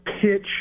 pitch